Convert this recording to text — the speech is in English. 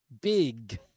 Big